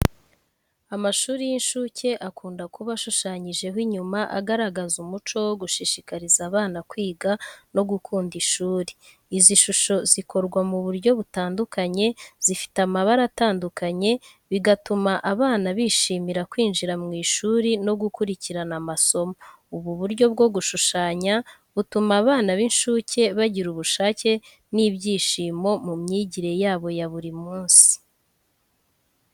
Amashuri y’inshuke akunda kuba ashushanyijeho inyuma agaragaza umuco wo gushishikariza abana kwiga no gukunda ishuri. Izi shusho zikorwa mu buryo butandukanye, zifite amabara atandukanye, bigatuma abana bishimira kwinjira mu ishuri no gukurikirana amasomo. Ubu buryo bwo gushushanya butuma abana b’incuke bagira ubushake n’ibyishimo mu myigire yabo ya buri munsi.